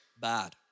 bad